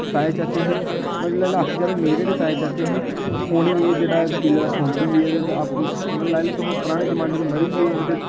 ताए चाचे हे मतलब आखेआ जाऽ मेरे जेह्ड़े ताए चाचे हे उ'नें एह् जेह्ड़ा किले दा सौंपियै ते आपूं मतलब लाई लैओ पराने जमाने च मरी ऐ